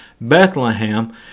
Bethlehem